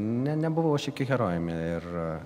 ne nebuvau aš jokiu herojumi ir